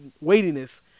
weightiness